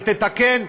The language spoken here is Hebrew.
ותתקן,